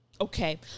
Okay